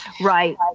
Right